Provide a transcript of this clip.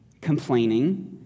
complaining